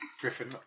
griffin